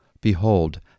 Behold